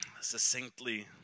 succinctly